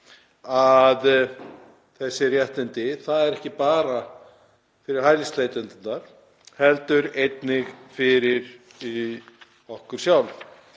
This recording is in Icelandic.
að þessi réttindi eru ekki bara fyrir hælisleitendurna heldur einnig fyrir okkur sjálf.